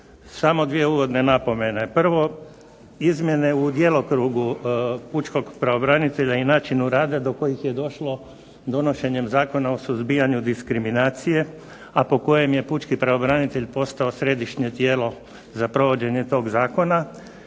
Samo dvije uvodne napomene. Prvo, izmjene u djelokrugu pučkog pravobranitelja i načinu rada do kojih je došlo donošenjem Zakona o suzbijanju diskriminacije, a po kojem je pučki pravobranitelj postao središnje tijelo za provođenje tog zakona,